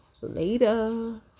later